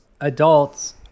adults